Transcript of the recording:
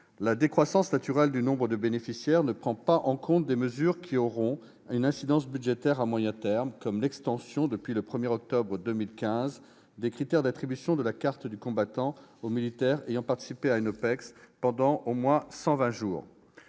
La décroissance naturelle du nombre de bénéficiaires ne prend pas en compte des mesures qui auront une incidence budgétaire à moyen terme, comme l'extension, depuis le 1 octobre 2015, des critères d'attribution de la carte du combattant aux militaires ayant participé à une OPEX pendant au moins 120 jours.